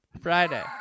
Friday